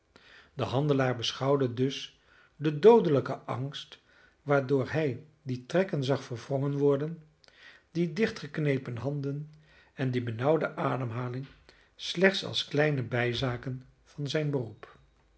de handelaar beschouwde dus den doodelijken angst waardoor hij die trekken zag verwrongen worden die dichtgeknepen handen en die benauwde ademhaling slechts als kleine bijzaken van zijn beroep